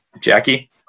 Jackie